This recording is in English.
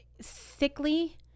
sickly